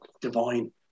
*Divine